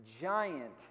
giant